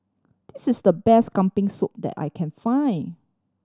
this is the best Kambing Soup that I can find